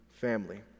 family